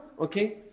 Okay